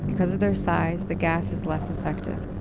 because of their size, the gas is less effective,